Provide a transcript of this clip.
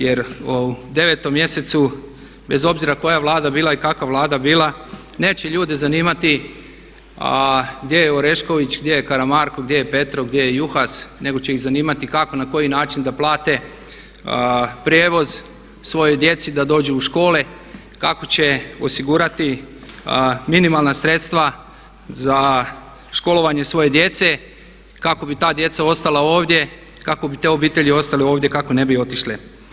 Jer u 9 mjesecu bez obzira koja Vlada bila i kakva Vlada bila neće ljude zanimati gdje je Orešković, gdje je Karamarko, gdje je Petrov, gdje je Juhas, nego će ih zanimati kako, na koji način da plate prijevoz svojoj djeci da dođu u škole, kako će osigurati minimalna sredstva za školovanje svoje djece kako bi ta djeca ostala ovdje, kako bi te obitelji ostale ovdje, kako ne bi otišle.